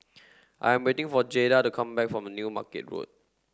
I'm waiting for Jayda to come back from New Market Road